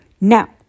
now